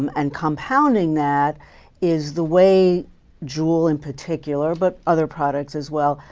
um and compounding that is the way juul, in particular, but other products as well,